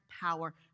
power